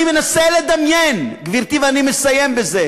אני מנסה לדמיין, גברתי, ואני מסיים בזה,